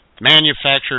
manufactured